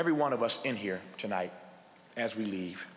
every one of us in here tonight as we leave